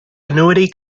annuity